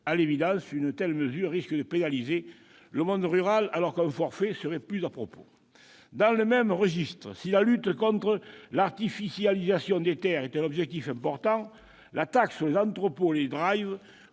À l'évidence, une telle mesure risque de pénaliser le monde rural, alors qu'un forfait serait plus à propos. Dans le même registre, si la lutte contre l'artificialisation des terres est un objectif important, la taxe sur les entrepôts et les